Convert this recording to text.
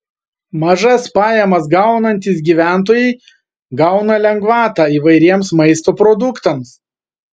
mažas pajamas gaunantys gyventojai gauna lengvatą įvairiems maisto produktams